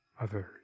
others